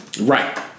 Right